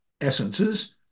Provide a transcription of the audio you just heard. essences